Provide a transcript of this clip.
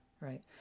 right